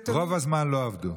רוב הזמן לא עבדו.